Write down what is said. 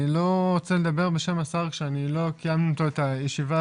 אני לא רוצה לדבר בשם השר כשלא קיימנו איתו את הישיבה